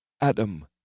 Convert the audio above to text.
Adam